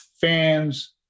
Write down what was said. fans